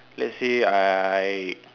let's say I